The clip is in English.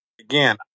Again